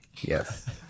Yes